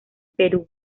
perú